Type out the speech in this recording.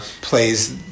Plays